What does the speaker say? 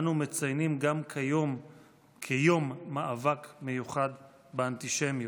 אנו מציינים גם כיום כיום מאבק מיוחד באנטישמיות,